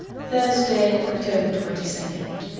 thursday, october twenty second.